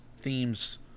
themes